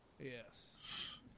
Yes